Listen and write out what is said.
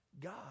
God